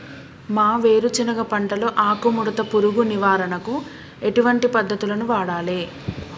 మా వేరుశెనగ పంటలో ఆకుముడత పురుగు నివారణకు ఎటువంటి పద్దతులను వాడాలే?